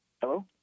Hello